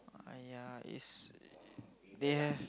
!aiya! it's they have